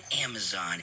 amazon